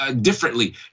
differently